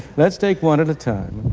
let's take one at a time.